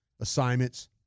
assignments